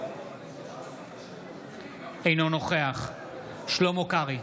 אינו נוכח שלמה קרעי,